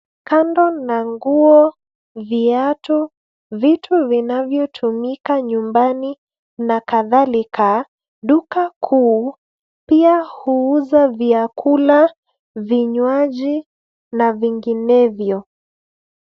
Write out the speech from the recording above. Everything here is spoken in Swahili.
Kando na nguo, viatu, vitu vinavyotumika nyumbani na kadhalika, duka kuu pia huuza vyakula, vinywaji na vinginevyo.